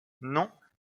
non